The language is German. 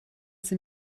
sie